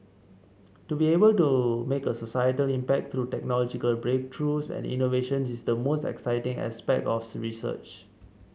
to be able to make a societal impact through technological breakthroughs and innovations is the most exciting aspect of research